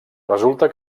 resulta